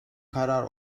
karar